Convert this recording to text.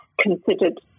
considered